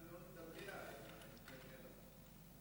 רוצה לנעול את המליאה.